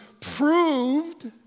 proved